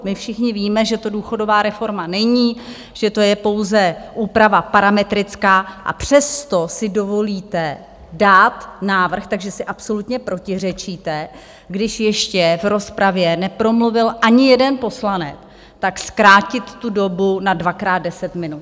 My všichni víme, že to důchodová reforma není, že to je pouze úprava parametrická, a přesto si dovolíte dát návrh, takže si absolutně protiřečíte, když ještě v rozpravě nepromluvil ani jeden poslanec, tak zkrátit tu dobu na dvakrát deset minut...